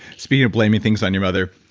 speaking of blaming things on your mother,